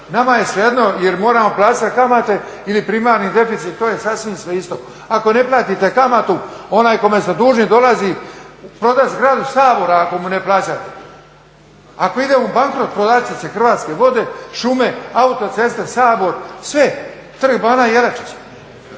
nama je svejedno jer moramo plaćati kamate ili primarni deficit, to je sasvim sve isto. Ako ne platite kamatu onaj kome ste dužni dolazi prodati zgradu Sabora ako mu ne plaćate. Ako ide u bankrot prodavat će se hrvatske vode, šume, autoceste, Sabor, sve, trg bana Jelačića.